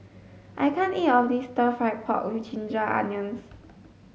I can't eat all of this stir fried pork with ginger onions